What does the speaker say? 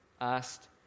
asked